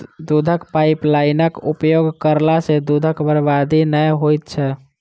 दूधक पाइपलाइनक उपयोग करला सॅ दूधक बर्बादी नै होइत छै